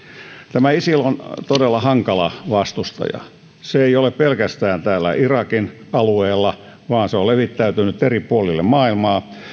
tämä isil on todella hankala vastustaja se ei ole pelkästään täällä irakin alueella vaan se on levittäytynyt eri puolille maailmaa